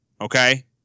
Okay